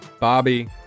Bobby